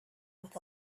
with